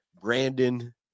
Brandon